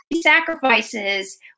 sacrifices